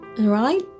right